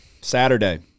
Saturday